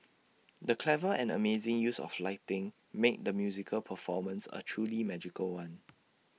the clever and amazing use of lighting made the musical performance A truly magical one